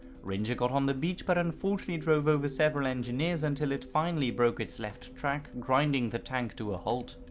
ringer got on the beach but unfortunately drove over several engineers until it finally broke its left track grinding the tank to a halt.